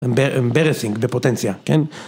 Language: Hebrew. אמברסינג בפוטנציה, כן?